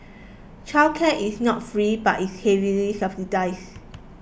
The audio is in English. childcare is not free but is heavily subsidise